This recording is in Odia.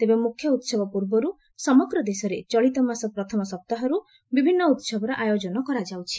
ତେବେ ମୁଖ୍ୟ ଉତ୍ସବ ପୂର୍ବରୁ ସମଗ୍ର ଦେଶରେ ଚଳିତମାସ ପ୍ରଥମ ସପ୍ତାହରୁ ବିଭିନ୍ନ ଉହବର ଆୟୋଜନ କରାଯାଉଛି